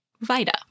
VITA